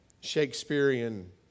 Shakespearean